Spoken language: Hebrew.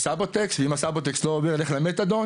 וסבוטקס ואם הסבוטקס לא עובד, הולך למתדון